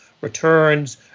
returns